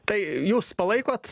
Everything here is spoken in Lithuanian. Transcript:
tai jūs palaikot